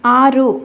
ಆರು